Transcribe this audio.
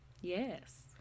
Yes